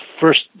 first